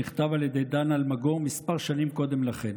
שנכתב על ידי דן אלמגור כמה שנים קודם לכן.